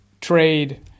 trade